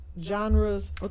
genres